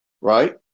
right